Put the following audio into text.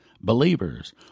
Believers